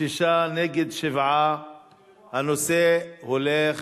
6, נגד, 7. הנושא הולך